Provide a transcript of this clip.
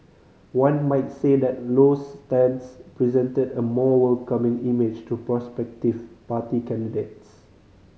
one might say that Low's stance presented a more welcoming image to prospective party candidates